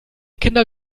kinder